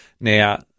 Now